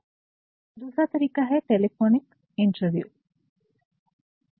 और फिर दूसरा तरीका है टेलीफोनिक इंटरव्यू telephonic interview दूरभाष साक्षात्कार